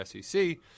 SEC